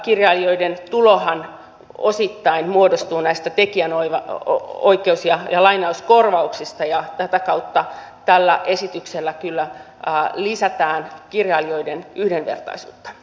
kirjailijoiden tulohan osittain muodostuu näistä tekijänoikeus ja lainauskorvauksista ja tätä kautta tällä esityksellä kyllä lisätään kirjailijoiden yhdenvertaisuutta